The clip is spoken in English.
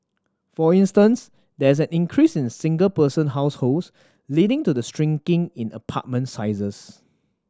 for instance there is an increase in single person households leading to the shrinking in apartment sizes